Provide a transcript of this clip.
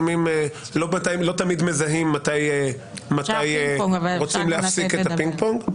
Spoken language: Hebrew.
לא תמיד מזהים מתי רוצים להפסיק את הפינג-פונג.